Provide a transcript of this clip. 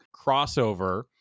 crossover